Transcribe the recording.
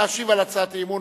להשיב על הצעת האי-אמון,